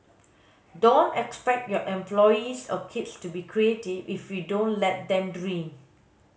don't expect your employees or kids to be creative if you don't let them dream